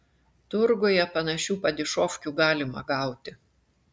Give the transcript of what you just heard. turguje panašių padišofkių galima gauti